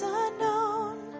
unknown